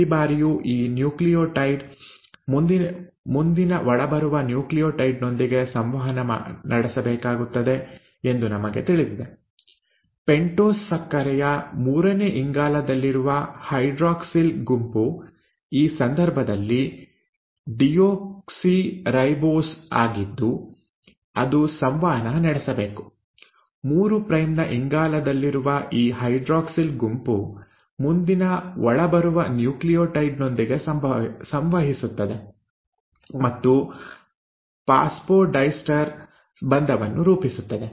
ಪ್ರತಿ ಬಾರಿಯೂ ಈ ನ್ಯೂಕ್ಲಿಯೋಟೈಡ್ ಮುಂದಿನ ಒಳಬರುವ ನ್ಯೂಕ್ಲಿಯೋಟೈಡ್ ನೊಂದಿಗೆ ಸಂವಹನ ನಡೆಸಬೇಕಾಗುತ್ತದೆ ಎಂದು ನಮಗೆ ತಿಳಿದಿದೆ ಪೆಂಟೋಸ್ ಸಕ್ಕರೆಯ ಮೂರನೇ ಇಂಗಾಲದಲ್ಲಿರುವ ಹೈಡ್ರಾಕ್ಸಿಲ್ ಗುಂಪು ಈ ಸಂದರ್ಭದಲ್ಲಿ ಡಿಯೋಕ್ಸಿರೈಬೋಸ್ ಆಗಿದ್ದು ಅದು ಸಂವಹನ ನಡೆಸಬೇಕು 3 ಪ್ರೈಮ್ ನ ಇಂಗಾಲದಲ್ಲಿರುವ ಈ ಹೈಡ್ರಾಕ್ಸಿಲ್ ಗುಂಪು ಮುಂದಿನ ಒಳಬರುವ ನ್ಯೂಕ್ಲಿಯೋಟೈಡ್ ನೊಂದಿಗೆ ಸಂವಹಿಸುತ್ತದೆ ಮತ್ತು ಫಾಸ್ಫೊಡೈಸ್ಟರ್ ಬಂಧವನ್ನು ರೂಪಿಸುತ್ತದೆ